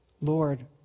Lord